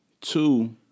Two